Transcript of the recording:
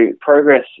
progress